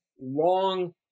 long